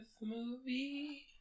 movie